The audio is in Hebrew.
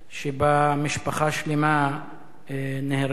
שבה משפחה שלמה נהרגה,